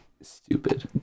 stupid